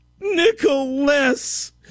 Nicholas